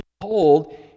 behold